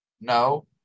No